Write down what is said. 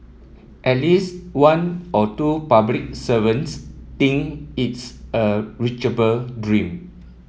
at least one or two public servants think it's a reachable dream